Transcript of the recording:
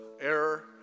error